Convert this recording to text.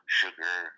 sugar